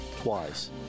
Twice